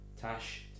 Tash